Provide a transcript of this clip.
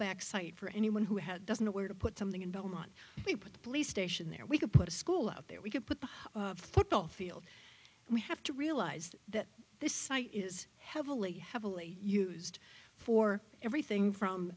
fallback site for anyone who had doesn't know where to put something in belmont we put the police station there we could put a school up there we could put the football field we have to realize that this site is heavily heavily used for everything from